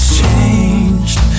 changed